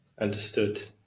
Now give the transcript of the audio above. Understood